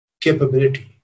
capability